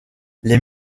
les